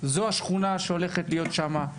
זו השכונה שהולכת להיות שם.